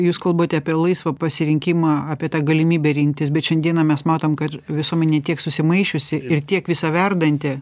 jūs kalbate apie laisvą pasirinkimą apie tą galimybę rinktis bet šiandieną mes matom kad visuomenė tiek susimaišiusi ir tiek visa verdanti